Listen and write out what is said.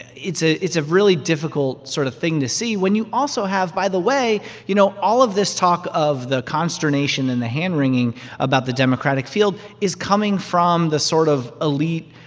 it's ah it's a really difficult sort of thing to see when you also have, by the way you know, all of this talk of the consternation and the hand-wringing about the democratic field is coming from the sort of elite,